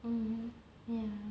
mm ya